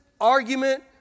argument